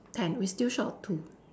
ten we still short of two